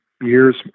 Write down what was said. years